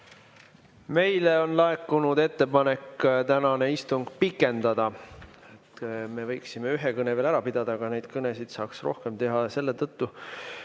Meile on laekunud ettepanek tänast istungit pikendada. Me võiksime ühe kõne veel ära pidada, aga et neid kõnesid saaks rohkem teha, selle tõttu.